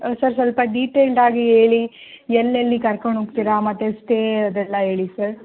sir ಸ್ವಲ್ಪ detailed ಆಗಿ ಹೇಳಿ ಎಲ್ಲೆಲ್ಲಿ ಕರಕೊಂಡು ಹೋಗ್ತೀರಾ ಮತ್ತೆ ಸ್ಟೇ ಅದೆಲ್ಲ ಹೇಳಿ ಸರ್